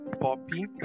poppy